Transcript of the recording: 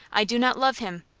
i do not love him.